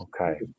Okay